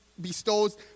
bestows